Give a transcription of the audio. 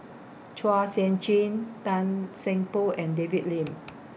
Chua Sian Chin Tan Seng Poh and David Lim